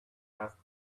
asked